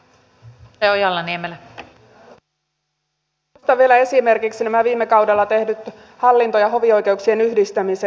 nostan vielä esimerkiksi nämä viime kaudella tehdyt hallinto ja hovioikeuksien yhdistämiset